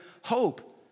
hope